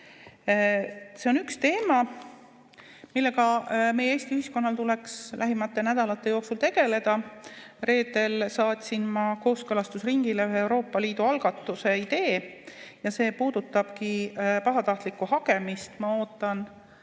See on üks teema, millega meie Eesti ühiskonnal tuleks lähimate nädalate jooksul tegeleda. Reedel saatsin ma kooskõlastusringile ühe Euroopa Liidu algatuse idee, see puudutabki pahatahtlikku hagemist. Ma ootan